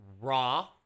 raw